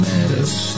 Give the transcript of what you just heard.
Meadows